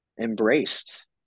embraced